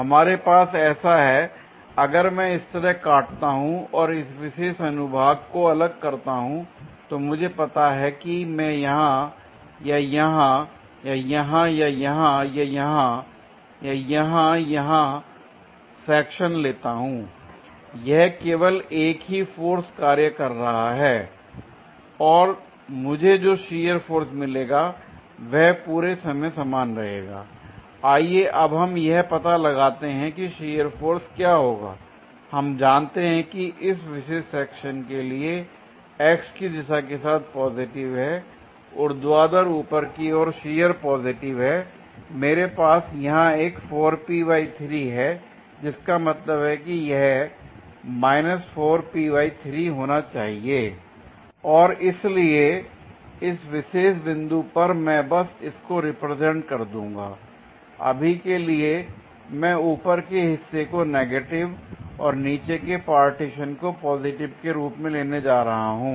हमारे पास ऐसा है l अगर मैं इस तरह काटता हूं और इस विशेष अनुभाग को अलग करता हूं मुझे पता है कि मैं यहां या यहां या यहां या यहां या यहां या यहां या यहां सेक्शन लेता हूं यह केवल एक ही फोर्स कार्य कर रहा है और मुझे जो शियर फोर्स मिलेगा वह पूरे समय समान रहेगा l आइए अब हम यह पता लगाते हैं कि शियर फोर्स क्या होगा l हम जानते हैं कि इस विशेष सेक्शन के लिए x की दिशा के साथ पॉजिटिव है ऊर्ध्वाधर ऊपर की ओर शियर पॉजिटिव है l मेरे पास यहां एक है जिसका मतलब है कि यह होना चाहिए l और इसलिए इस विशेष बिंदु पर मैं बस इसको रिप्रेजेंट कर दूंगा l अभी के लिए मैं ऊपर के हिस्से को नेगेटिव और नीचे के पार्टिशन को पॉजिटिव के रूप में लेने जा रहा हूं